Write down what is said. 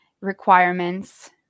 requirements